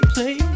Play